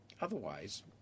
Otherwise